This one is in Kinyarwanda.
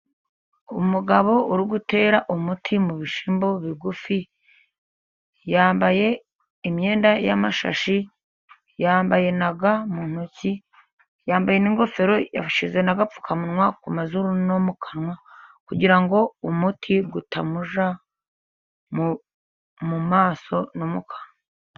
Umugabo uri gu utera umuti mu bishyimbo bigufi, yambaye imyenda y'amashashi, yambaye na ga mu ntoki, yambaye n'ingofero yashyize n'agapfukamunwa ku mazuru no mu kanwa, kugira ngo umuti utamujya mu maso no mu kanwa.